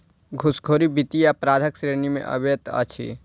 घूसखोरी वित्तीय अपराधक श्रेणी मे अबैत अछि